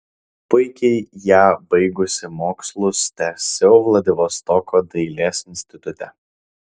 puikiai ją baigusi mokslus tęsiau vladivostoko dailės institute